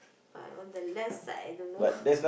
but on the less side I don't know